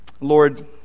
Lord